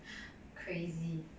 crazy